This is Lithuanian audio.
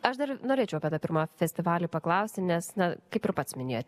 aš dar norėčiau apie tą pirmą festivalį paklausti nes na kaip ir pats minėjot